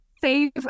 save